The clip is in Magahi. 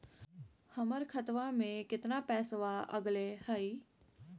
हमर खतवा में कितना पैसवा अगले हई?